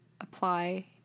apply